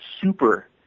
super